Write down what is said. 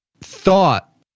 thought